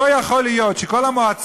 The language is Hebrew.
אז, חברים, ההנחות, כל שישה חודשים